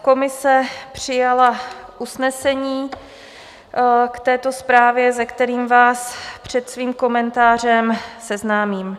Komise přijala usnesení k této zprávě, se kterým vás před svým komentářem seznámím.